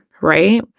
right